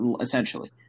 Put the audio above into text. essentially